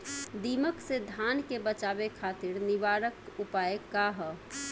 दिमक से धान के बचावे खातिर निवारक उपाय का ह?